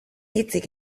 hitzik